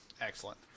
Excellent